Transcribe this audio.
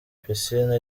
piscine